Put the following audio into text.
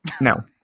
No